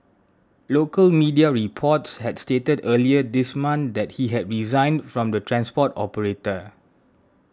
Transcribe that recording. local media reports had stated earlier this month that he had resigned from the transport operator